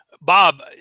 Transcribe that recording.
Bob